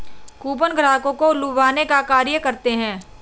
coupon ग्राहकों को लुभाने का कार्य करते हैं